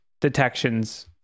detections